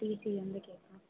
DC வந்து கேக்கிறோம்